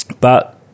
But-